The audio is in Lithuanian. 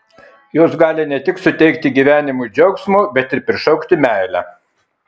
jos gali ne tik suteikti gyvenimui džiaugsmo bet ir prišaukti meilę